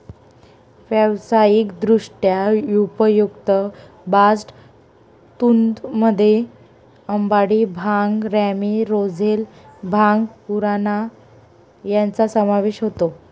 व्यावसायिकदृष्ट्या उपयुक्त बास्ट तंतूंमध्ये अंबाडी, भांग, रॅमी, रोझेल, भांग, उराणा यांचा समावेश होतो